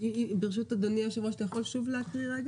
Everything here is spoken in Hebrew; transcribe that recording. ברשות אדוני היושב ראש, אתה יכול שוב להקריא?